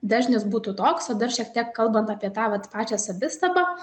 dažnis būtų toks o dar šiek tiek kalbant apie tą vat pačią savistabą